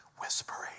whispering